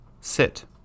sit